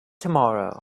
tomorrow